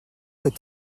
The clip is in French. est